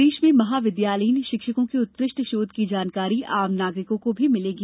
प्रदेश में महाविद्यालयीन शिक्षकों के उत्कृष्ट शोध की जानकारी आम नागरिकों को भी मिलेगी